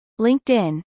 LinkedIn